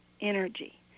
energy